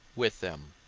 with them.